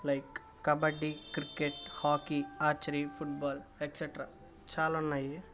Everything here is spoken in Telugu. like kabaddi cricket hockey archery football etcetera చాలా ఉన్నాయి